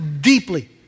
deeply